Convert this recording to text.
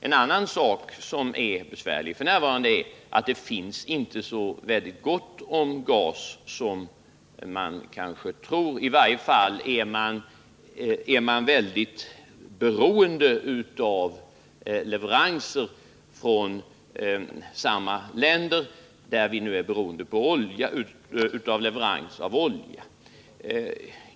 En annan sak som är besvärlig f. n. är att det inte finns så väldigt gott om gas som man kanske tror. I varje fall är man mycket beroende av leveranser från samma länder varifrån vi nu köper olja.